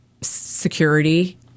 security